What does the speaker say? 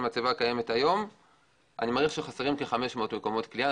המצבה הקיימת היום אני מעריך שחסרים כ-500 מקומות כליאה.